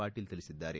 ಪಾಟೀಲ್ ತಿಳಿಸಿದ್ದಾರೆ